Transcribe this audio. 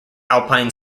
alpine